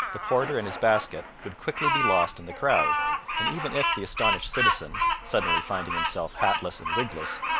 the porter and his basket would quickly be lost in the crowd and even if the astonished citizen, suddenly finding himself hatless and wigless,